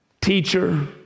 teacher